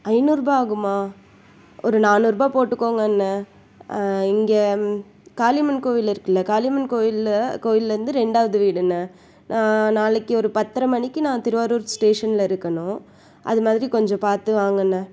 ஐநூறுரூபா ஆகுமா ஒரு நானூறுரூபா போட்டுக்கோங்க அண்ணன் இங்கே காளி அம்மன் கோவில் இருக்குல்ல காளி அம்மன் கோவிலில் கோவில்லேந்து ரெண்டாவது வீடுண்ணா நான் நாளைக்கு ஒரு பத்தரை மணிக்கு நான் திருவாரூர் ஸ்டேஷனில் இருக்கணும் அது மாதிரி கொஞ்சம் பார்த்து வாங்கண்ணன்